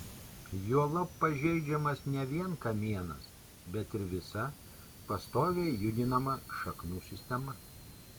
juolab pažeidžiamas ne vien kamienas bet ir visa pastoviai judinama šaknų sistema